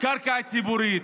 קרקע ציבורית.